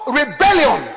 rebellion